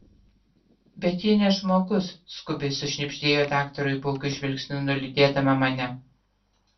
bet ji ne žmogus skubiai sušnibždėjo daktarui baugiu žvilgsniu nulydėdama mane